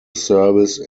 service